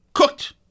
cooked